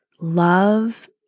love